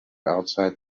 outside